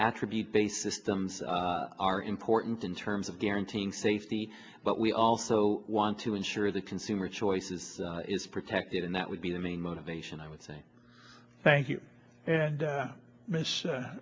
attribute based systems are important in terms of guaranteeing safety but we also want to ensure the consumer choices is protected and that would be the main motivation i would say thank you and